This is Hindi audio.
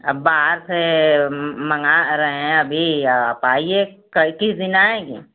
अब बाहर से माँगा रहे हैं अभी आप आइए किस दिन आएंगी